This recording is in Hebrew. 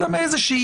אלא מאיזושהי